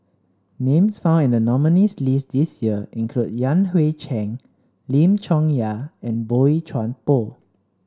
names found in the nominees' list this year include Yan Hui Chang Lim Chong Yah and Boey Chuan Poh